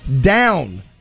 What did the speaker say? down